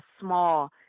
small